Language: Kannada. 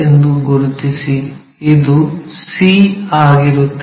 ಎಂದು ಗುರುತಿಸಿ ಇದು c ಆಗಿರುತ್ತದೆ